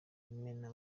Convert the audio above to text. imena